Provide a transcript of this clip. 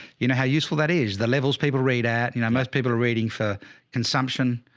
you know how useful that is. the levels people read at, you know, most people are reading for consumption.